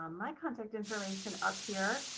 um my contact information up here.